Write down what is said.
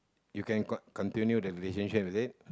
you can con~ continue the relationship is it